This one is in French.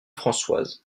françoise